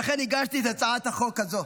לכן הגשתי את הצעת החוק הזו.